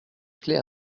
clef